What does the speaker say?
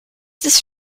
this